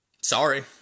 Sorry